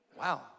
Wow